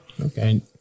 Okay